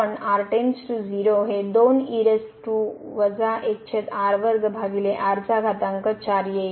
आणि आता या साठी आपण हे येईल